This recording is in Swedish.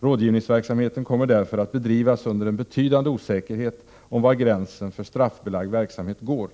Rådgivningsverksamheten kommer därför att bedrivas under en betydande osäkerhet om var gränsen för straffbelagd verksamhet går.